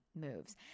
moves